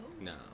No